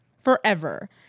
forever